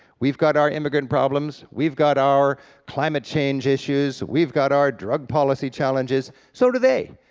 we've got our immigrant problems, we've got our climate change issues, we've got our drug policy challenges, so do they.